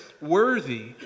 worthy